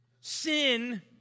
Sin